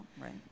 right